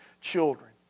children